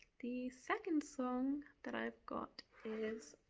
the second song that i've got is